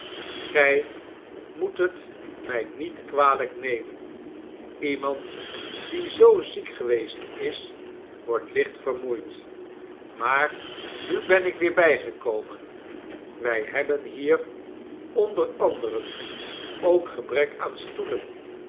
gy moet het mij niet kwalijk nemen iemand die zoo ziek geweest is wordt licht vermoeid maar nu ben ik weer bijgekomen wij hebben hier onder anderen ookgebrek aan stoelen